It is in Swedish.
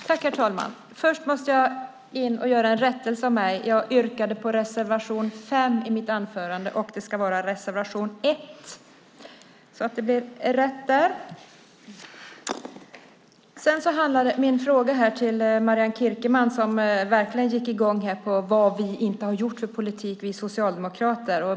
Herr talman! Först måste jag göra en rättelse. Jag yrkade bifall till reservation 5 i mitt anförande, men det ska vara reservation 1. Jag har en fråga till Marianne Kierkemann, som verkligen gick i gång på vad vi socialdemokrater inte har gjort i politiken.